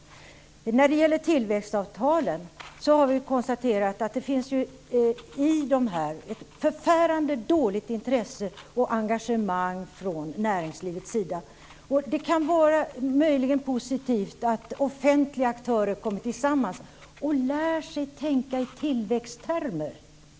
När det gäller tillväxtavtalen har vi konstaterat att det finns för dem ett förfärande dåligt intresse och engagemang från näringslivets sida. Det kan vara möjligen positivt att offentliga aktörer kommer samman och lär sig tänka i tillväxttermer.